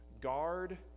guard